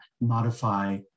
modify